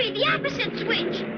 the the opposite switch!